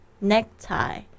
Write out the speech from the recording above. Necktie